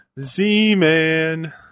Z-Man